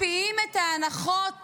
מקפיאים את ההנחות